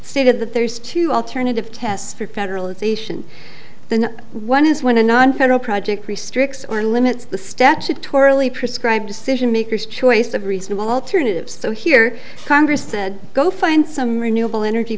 stated that there's two alternative tests for federalization then one is when a nonfederal project restricts or limits the statutorily prescribe decision makers choice of reasonable alternatives so here congress said go find some renewable energy